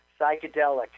psychedelic